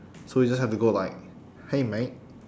so we just have to go like hey mate